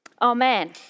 Amen